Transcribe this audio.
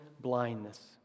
blindness